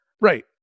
right